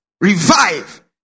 Revive